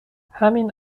همین